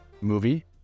movie